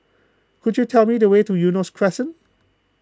could you tell me the way to Eunos Crescent